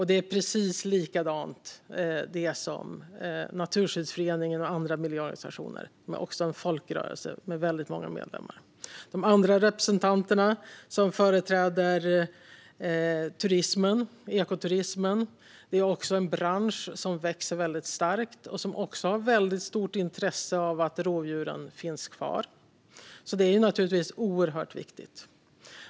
Det är precis likadant med Naturskyddsföreningen och andra miljöorganisationer. Det är också en folkrörelse med väldigt många medlemmar. De andra representanterna företräder ekoturismen. Det är en bransch som växer starkt och som har stort intresse av att rovdjuren finns kvar. Det är oerhört viktigt.